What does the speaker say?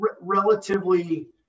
relatively